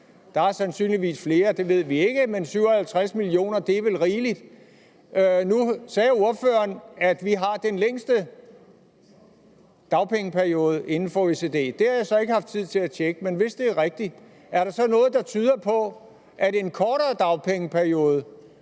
Der var sandsynligvis flere, det ved vi ikke, men 57 millioner er vel rigeligt. Nu sagde ordføreren, at vi har den længste dagpengeperiode inden for OECD. Det har jeg så ikke haft tid til at tjekke, men hvis det er rigtigt, er der så noget, der tyder på, at en kortere dagpengeperiode